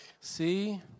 See